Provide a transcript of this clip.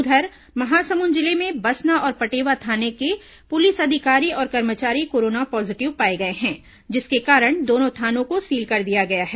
उधर महासमुद जिले में बसना और पटेवा थाने के पुलिस अधिकारी और कर्मचारी कोरोना पॉजीटिव पाए गए हैं जिसके कारण दोनों थानों को सील कर दिया गया है